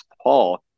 Paul